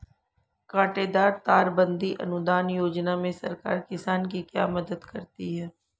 कांटेदार तार बंदी अनुदान योजना में सरकार किसान की क्या मदद करती है?